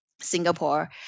Singapore